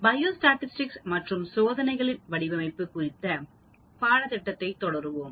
biostatistics மற்றும் சோதனைகளின் வடிவமைப்பு குறித்த பாடத்திட்டத்தை தொடருவோம்